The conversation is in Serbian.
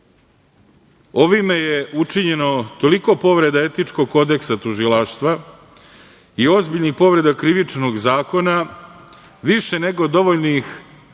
je učinjena tolika povreda etičkog kodeksa tužilaštva i ozbiljnih povreda Krivičnog zakona više nego dovoljnih da